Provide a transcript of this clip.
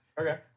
okay